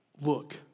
look